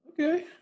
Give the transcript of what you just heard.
okay